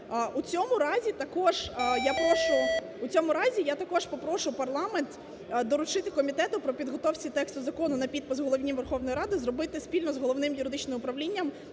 У цьому разі я також попрошу парламент доручити комітету при підготовки тексту Закону на підпис Голові Верховної Ради зробити спільно з Головним юридичним управлінням